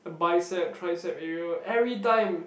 bicep tricep area everytime